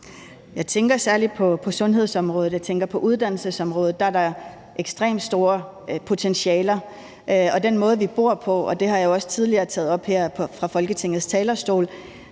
Jeg tænker særlig på sundhedsområdet, og jeg tænker på uddannelsesområdet, hvor der er ekstremt store potentialer. Og den måde, vi bor på – det har jeg også tidligere taget op her fra Folketingets talerstol